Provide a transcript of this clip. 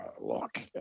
Look